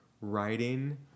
writing